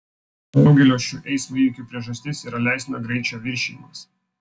daugelio šių eismo įvykių priežastis yra leistino greičio viršijimas